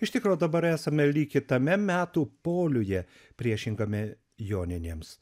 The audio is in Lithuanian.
iš tikro dabar esame lyg kitame metų poliuje priešingame joninėms